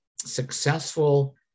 successful